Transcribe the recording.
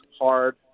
hard